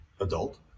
adult